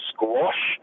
Squash